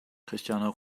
cristiano